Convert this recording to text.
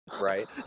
Right